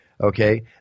Okay